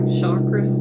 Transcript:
chakra